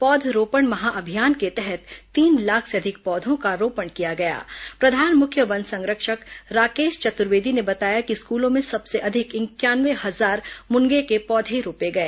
पौधरोपण महाअभियान के तहत तीन लाख से प्रधान मुख्य वन संरक्षक राकेश चतुर्वेदी ने बताया कि स्कूलों में सबसे अधिक इंक्यानवे हजार मुनगा के पौधे रोपे गए